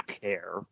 care